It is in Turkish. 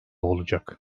olacak